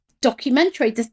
documentary